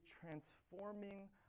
transforming